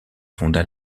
fonda